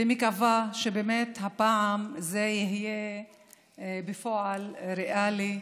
אני מקווה שבאמת הפעם זה יהיה בפועל, ריאלי,